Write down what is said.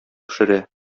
пешерә